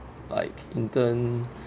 like in turn